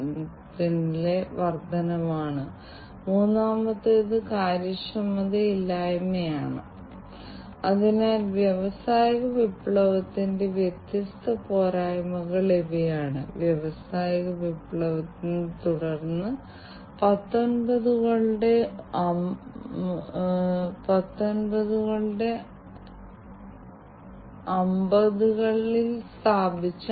ഞങ്ങൾ ഈ ബസർ സൂക്ഷിച്ചിരിക്കുന്നു കാരണം വാതകങ്ങളുടെ സാന്ദ്രത വർദ്ധിക്കുകയാണെങ്കിൽ സെൻസർ അത് എടുക്കാൻ പോകുന്നുവെന്നും ഈ ബസർ ഗ്യാസിന്റെ യഥാർത്ഥ സാന്ദ്രതയായ എൽപിജി വാതകം കാണിക്കാൻ പോകുന്നുവെന്നും കാണിക്കാൻ ആഗ്രഹിക്കുന്നു പക്ഷേ ഇത് മറ്റേതെങ്കിലും വാതകമാകാം അത് വർദ്ധിച്ചു